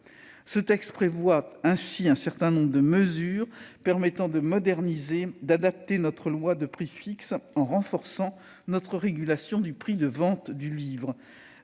Ce texte prévoit un certain nombre de mesures permettant de moderniser et d'adapter notre loi de prix fixe, en renforçant notre régulation du prix de vente du livre.